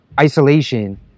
isolation